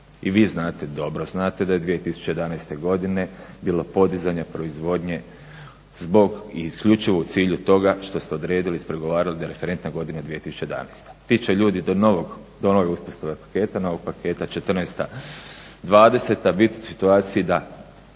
I vi znate, dobro znate da je 2011. godine bilo podizanja proizvodnje zbog i isključivo u cilju toga što ste odredili ispregovarali da je referentna godina 2011. Bit će ljudi do nove uspostave paketa, do novog paketa 14., 20. bit u situaciji da